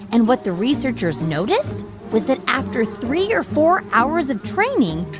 and what the researchers noticed was that after three or four hours of training,